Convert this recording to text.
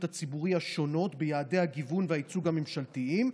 הציבורי השונות ביעדי הגיוון והייצוג הממשלתיים.